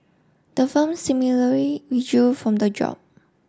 the firm similarly withdrew from the job